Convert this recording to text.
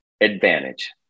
advantage